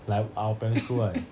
like our primary school right